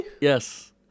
Yes